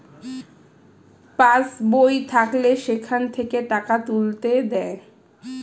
pass বই থাকলে সেখান থেকে টাকা তুলতে দেয়